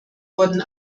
wurden